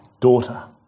Daughter